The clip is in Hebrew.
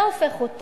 אתה הופך אותה